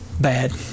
Bad